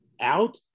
out